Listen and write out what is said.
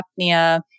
apnea